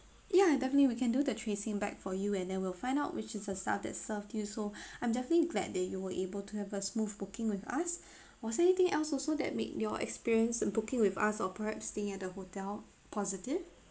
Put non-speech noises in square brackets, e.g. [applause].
ya definitely we can do the tracing back for you and then we'll find out which is the staff that served you so [breath] I'm definitely glad that you were able to have a smooth booking with us [breath] was there anything else also that made your experience and booking with us or perhaps staying at the hotel positive